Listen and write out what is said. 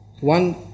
One